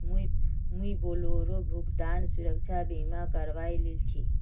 मुई बोलेरोर भुगतान सुरक्षा बीमा करवइ लिल छि